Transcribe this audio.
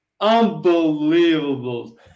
unbelievable